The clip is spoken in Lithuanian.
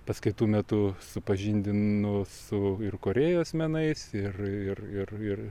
paskaitų metu supažindinu su ir korėjos menais ir ir ir ir